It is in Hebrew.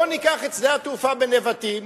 בואו ניקח את שדה התעופה בנבטים